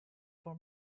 for